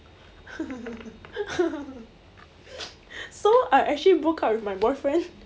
so I actually broke up with my boyfriend